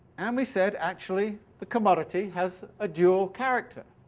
and we said, actually, the commodity has a dual character.